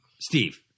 Steve